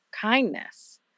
kindness